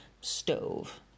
stove